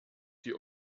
die